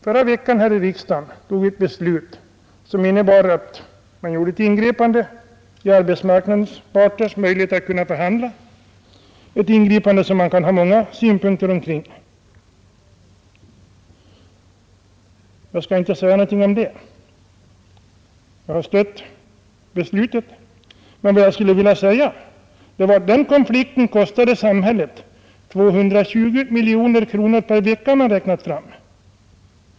Förra veckan fattade vi här i riksdagen ett beslut som innebar ett ingrepp i arbetsmarknadsparternas möjligheter att förhandla. Man kan ha många synpunkter på det ingreppet, och jag skall inte säga någonting om det — jag har biträtt beslutet. Konflikten har emellertid, enligt vad man har räknat ut, kostat samhället 220 miljoner kronor per vecka.